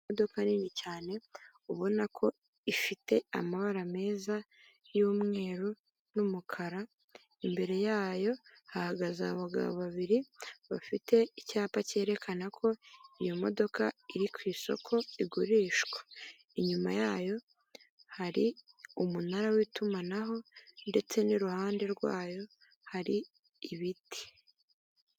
Imodoka nini cyane ubona ko ifite amabara meza y'umweru n'umukara, imbere yayo hahagaze abagabo babiri bafite icyapa cyerekana ko iyo modoka iri ku isoko igurishwa inyuma yayo hari umunara w'itumanaho ndetse ni iruhande rwayo hari ibiti.